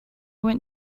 went